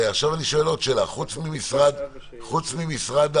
עכשיו אני שואל עוד שאלה, חוץ מהמל"ל,